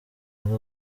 ari